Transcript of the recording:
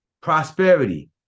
prosperity